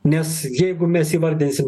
nes jeigu mes įvardinsim